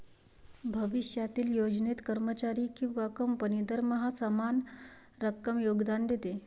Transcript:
भविष्यातील योजनेत, कर्मचारी किंवा कंपनी दरमहा समान रक्कम योगदान देते